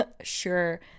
Sure